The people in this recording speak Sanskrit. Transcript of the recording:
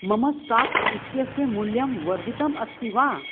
मम स्टाक् इत्यस्य मूल्यं वर्धितम् अस्ति वा